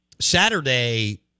Saturday